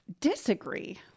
Disagree